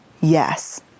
yes